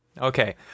Okay